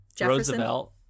roosevelt